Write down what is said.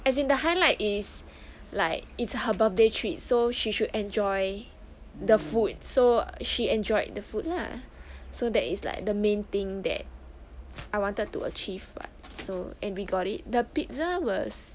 as in the highlight is like it's her birthday treat so she should enjoy the food so she enjoyed the food lah so that is like the main thing that I wanted to achieve [what] so and we got it the pizza was